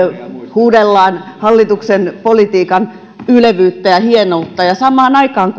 huudellaan hallituksen politiikan ylevyyttä ja ja hienoutta mutta samaan aikaan